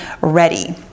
ready